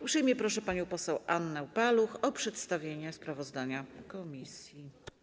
Uprzejmie proszę panią poseł Annę Paluch o przedstawienie sprawozdania komisji.